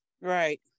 right